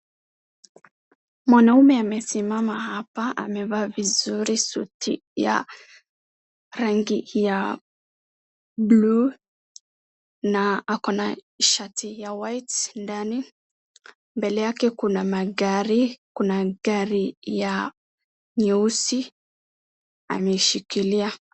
Mwaume amesimama hapa amevaa vizuri suti ya rangi ya blue na ako na shati ya white ndani mbele yake kuna magari kuna gari ya nyeusi ameshikilia.